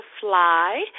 Fly